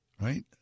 right